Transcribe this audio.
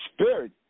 spirit